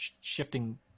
shifting